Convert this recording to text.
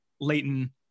Leighton